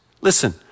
Listen